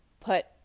put